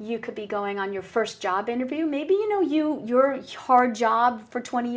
you could be going on your first job interview maybe you know you were a char job for twenty